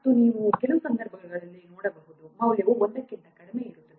ಮತ್ತು ನೀವು ಕೆಲವು ಸಂದರ್ಭಗಳಲ್ಲಿ ನೋಡಬಹುದು ಮೌಲ್ಯವು 1 ಕ್ಕಿಂತ ಕಡಿಮೆ ಇರುತ್ತದೆ